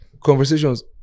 conversations